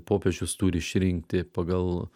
popiežius turi išrinkti pagal